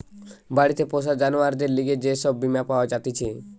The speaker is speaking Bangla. বাড়িতে পোষা জানোয়ারদের লিগে যে সব বীমা পাওয়া জাতিছে